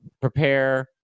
prepare